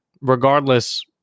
regardless